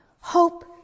Hope